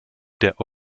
der